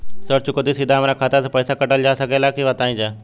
ऋण चुकौती सीधा हमार खाता से पैसा कटल जा सकेला का बताई जा?